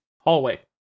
Hallway